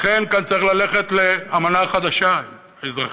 לכן, כאן צריך ללכת לאמנה חדשה, אזרחית,